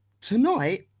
tonight